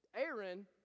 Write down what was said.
Aaron